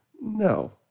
No